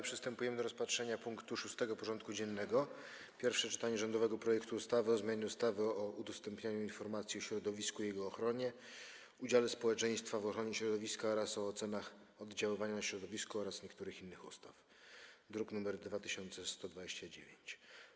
Przystępujemy do rozpatrzenia punktu 6. porządku dziennego: Pierwsze czytanie rządowego projektu ustawy o zmianie ustawy o udostępnianiu informacji o środowisku i jego ochronie, udziale społeczeństwa w ochronie środowiska oraz o ocenach oddziaływania na środowisko oraz niektórych innych ustaw (druk nr 2129)